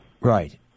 Right